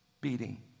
beating